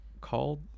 Called